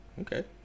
okay